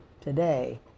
today